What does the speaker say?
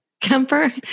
Kemper